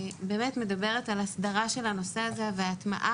שמדברת על הסדרה של הנושא הזה והטמעה